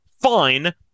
fine